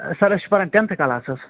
سَر أسۍ چھِ پَران ٹٮ۪نتھٕ کَلاسَس